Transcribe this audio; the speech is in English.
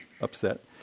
upset